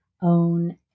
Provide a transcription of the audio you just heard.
own